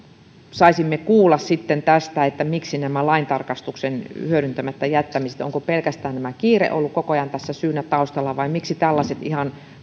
saisimme kuulla tästä laintarkastuksen hyödyntämättä jättämisestä onko pelkästään tämä kiire ollut koko ajan syynä tässä taustalla vai miksi tällaiset ihan